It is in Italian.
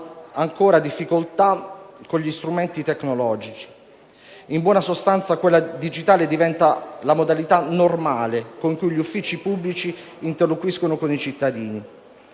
ancora difficoltà con gli strumenti tecnologici. In buona sostanza, quella digitale diventa la modalità normale con cui gli uffici pubblici interloquiscono con i cittadini.